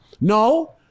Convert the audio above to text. no